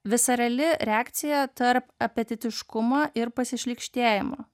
visa reali reakcija tarp apetiškumo ir pasišlykštėjimo